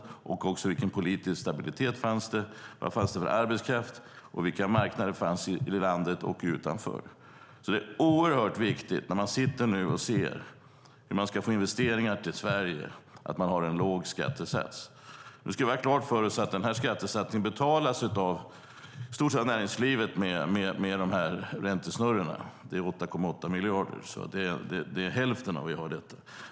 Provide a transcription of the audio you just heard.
Det var också viktigt att veta vilken politisk stabilitet som fanns. Vad finns det för arbetskraft? Vilka marknader finns i landet och utanför? Det är oerhört viktigt att man har en låg skattesats när man nu sitter och ser hur man ska få investeringar till Sverige. Vi ska ha klart för oss att skattesatsen i stort sett betalas av näringslivet med räntesnurrorna. Det är 8,8 miljarder. Det är alltså hälften av detta som vi har.